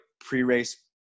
pre-race